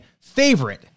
favorite